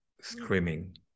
screaming